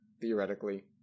theoretically